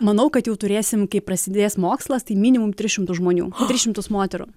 manau kad jau turėsim kai prasidės mokslas tai minimum tris šimtus žmonių tris šimtus moterų